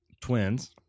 Twins